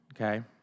okay